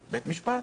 בית המשפט.